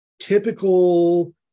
typical